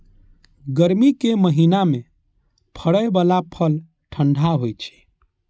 गर्मी के महीना मे फड़ै बला फल ठंढा होइ छै